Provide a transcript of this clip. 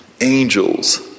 Angels